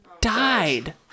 died